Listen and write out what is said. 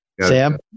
Sam